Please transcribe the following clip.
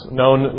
known